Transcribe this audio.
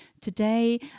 today